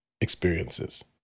experiences